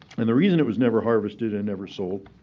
and the reason it was never harvested and never sold,